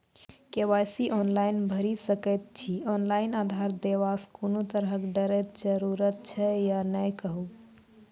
KYC online भैरि सकैत छी, ऑनलाइन आधार देलासॅ कुनू तरहक डरैक जरूरत छै या नै कहू?